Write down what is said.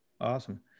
Awesome